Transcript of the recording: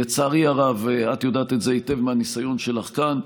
לצערי הרב, את יודעת את זה היטב מהניסיון שלך כאן,